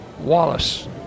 Wallace